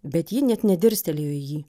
bet ji net nedirstelėjo į jį